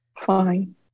Fine